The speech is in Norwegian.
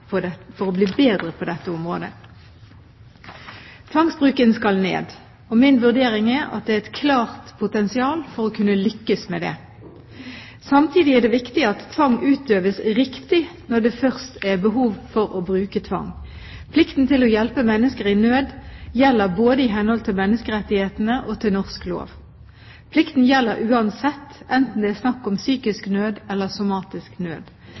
for å bli bedre på dette området. Tvangsbruken skal ned, og min vurdering av det er at det er et klart potensial for å kunne lykkes med det. Samtidig er det viktig at tvang utøves riktig når det først er behov for å bruke tvang. Plikten til å hjelpe mennesker i nød gjelder både i henhold til menneskerettighetene og til norsk lov. Plikten gjelder uansett, enten det er snakk om psykisk nød eller somatisk nød.